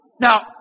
Now